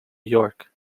york